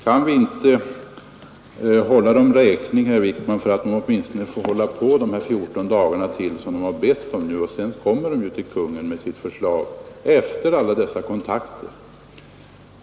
Kan vi inte, herr Wijkman, låta dem hålla på med sitt arbete de ytterligare 14 dagar som de har bett om? Sedan kommer ju SJ att framlägga sitt förslag.